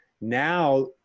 now